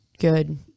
good